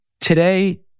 Today